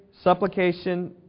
supplication